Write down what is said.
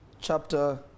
chapter